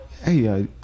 hey